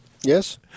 Yes